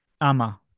Ama